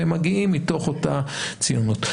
והם מגיעים מתוך אותה ציונות.